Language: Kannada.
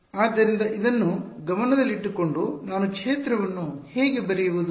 ಆದ್ದರಿಂದ ಇದನ್ನು ಗಮನದಲ್ಲಿಟ್ಟುಕೊಂಡು ನಾನು ಕ್ಷೇತ್ರವನ್ನು ಹೇಗೆ ಬರೆಯುವುದು